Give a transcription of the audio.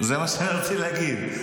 --- זה מה שרציתי להגיד.